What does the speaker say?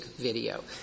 video